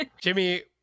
jimmy